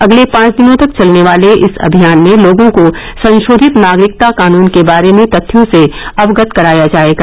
अगले पांच दिनों तक चलने वाले इस अभियान में लोगों को संशोधित नागरिकता कानून के बारे में तथ्यों से अवगत कराया जायेगा